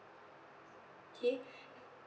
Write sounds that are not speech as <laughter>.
okay <breath>